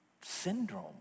syndrome